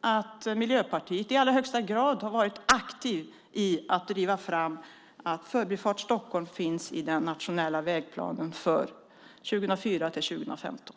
att Miljöpartiet i allra högsta grad har varit aktivt i att driva fram att Förbifart Stockholm finns i den nationella vägplanen för 2004-2015.